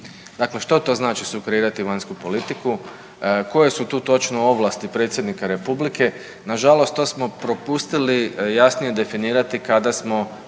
Dakle, što to znači sukreirati vanjsku politiku, koje su tu točno ovlasti predsjednika Republike, nažalost to smo propustili jasnije definirati kada smo